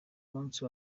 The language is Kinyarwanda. musi